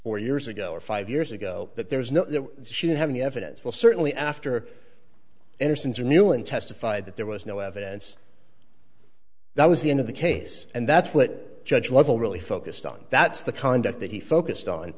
four years ago or five years ago that there was no she didn't have any evidence will certainly after anderson's or newlyn testified that there was no evidence that was the end of the case and that's what judge level really focused on that's the conduct that he focused on